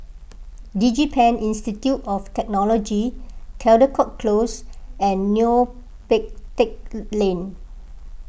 DigiPen Institute of Technology Caldecott Close and Neo Pee Teck Lane